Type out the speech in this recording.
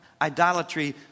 idolatry